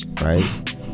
right